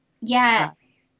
Yes